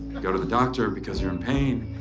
you go to the doctor because you're in pain,